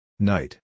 Night